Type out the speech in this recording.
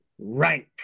rank